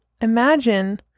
imagine